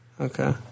Okay